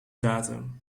datum